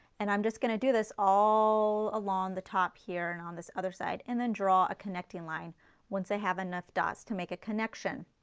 and i'm just going to do this all along the top here and on this other side and then draw a connecting line once i have enough darts to make a connection.